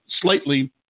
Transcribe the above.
slightly